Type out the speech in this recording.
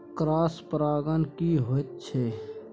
Cross परागण की होयत छै?